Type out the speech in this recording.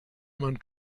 man